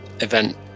event